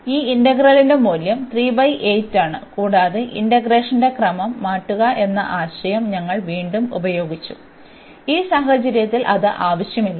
അതിനാൽ ഈ ഇന്റഗ്രലിന്റെ മൂല്യം ആണ് കൂടാതെ ഇന്റഗ്രേഷന്റെ ക്രമം മാറ്റുക എന്ന ആശയം ഞങ്ങൾ വീണ്ടും ഉപയോഗിച്ചു ഈ സാഹചര്യത്തിൽ അത് ആവശ്യമില്ല